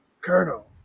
Colonel